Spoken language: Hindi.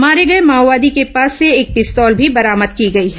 मारे गए माओवादी के पास से एक पिस्तौल भी बरामद की गई हैं